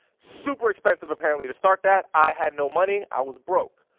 super expensive apparently to start that. i had no money, i was broke.